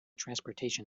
transportation